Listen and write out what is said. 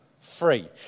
free